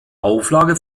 auflage